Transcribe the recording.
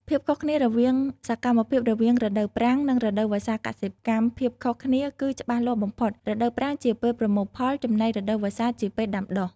ភាពខុសគ្នារវាងសកម្មភាពរវាងរដូវប្រាំង និងរដូវវស្សាកសិកម្ម ភាពខុសគ្នាគឺច្បាស់លាស់បំផុត។ រដូវប្រាំងជាពេល ប្រមូលផល ចំណែករដូវវស្សាជាពេល ដាំដុះ។